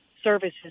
services